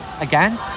again